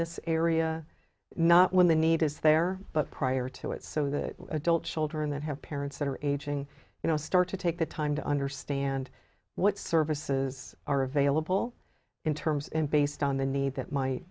this area not when the need is there but prior to it so that adult children that have parents that are aging you know start to take the time to understand what services are available in terms and based on the need that m